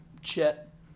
Chet